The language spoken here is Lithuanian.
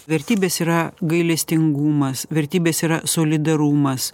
vertybės yra gailestingumas vertybės yra solidarumas